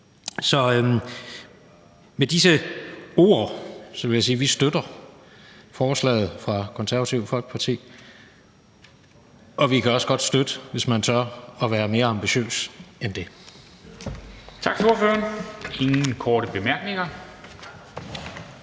Med disse ord vil jeg sige, at vi støtter forslaget fra Det Konservative Folkeparti, og vi kan også godt støtte det, hvis man tør være mere ambitiøs end det.